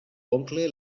oncle